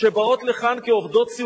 היא מוצאת דבר שבחורה בת 22,